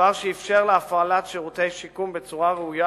דבר שאפשר לה הפעלת שירותי שיקום בצורה ראויה,